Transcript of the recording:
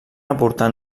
aportar